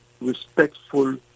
respectful